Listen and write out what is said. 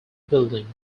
building